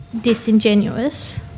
disingenuous